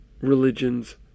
religions